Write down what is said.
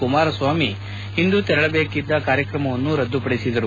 ಕುಮಾರಸ್ವಾಮಿ ಇಂದು ತೆರಳಬೇಕಿದ್ದ ಕಾರ್ಯತ್ರಮವನ್ನು ರದ್ದು ಪಡಿಸಿದರು